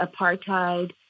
apartheid